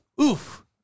Oof